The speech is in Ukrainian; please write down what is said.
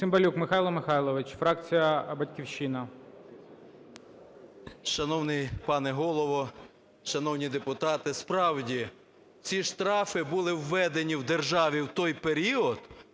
Шановний пане Голово, шановні депутати, справді, ці штрафи були введені у державі в той період,